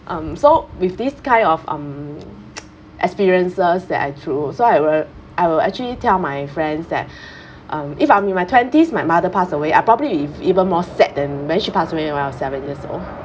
um so with this kind of um experiences that I through so I will I will actually tell my friends that um if I'm in my twenties my mother pass away I probably ev~ even more sad than when she pass away when I was seven years old